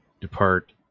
depart